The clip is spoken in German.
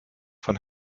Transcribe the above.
von